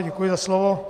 Děkuji za slovo.